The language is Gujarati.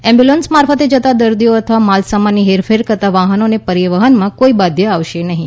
એમ્બ્યુલન્સ મારફત જતા દર્દીઓ અથવા માલસામાનની હેરફેર કરતા વાહનોને પરિવહનમાં કોઈ બાધ આવશે નહીં